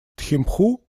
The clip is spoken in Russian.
тхимпху